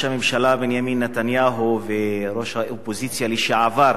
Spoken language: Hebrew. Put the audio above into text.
הממשלה בנימין נתניהו וראש האופוזיציה לשעבר